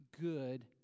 good